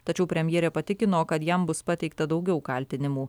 tačiau premjerė patikino kad jam bus pateikta daugiau kaltinimų